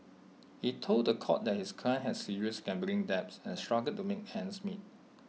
he told The Court that his client had serious gambling debts and struggled to make ends meet